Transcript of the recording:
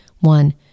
one